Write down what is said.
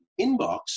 inbox